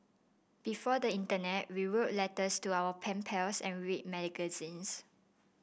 before the internet we wrote letters to our pen pals and read magazines